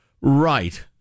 Right